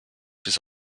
bis